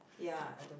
ya